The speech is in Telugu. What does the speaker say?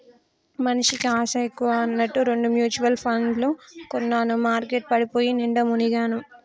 మనిషికి ఆశ ఎక్కువ అన్నట్టు రెండు మ్యుచువల్ పండ్లు కొన్నాను మార్కెట్ పడిపోయి నిండా మునిగాను